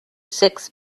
six